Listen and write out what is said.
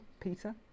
Peter